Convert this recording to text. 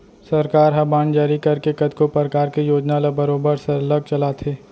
सरकार ह बांड जारी करके कतको परकार के योजना ल बरोबर सरलग चलाथे